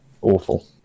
awful